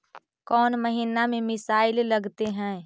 कौन महीना में मिसाइल लगते हैं?